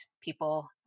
people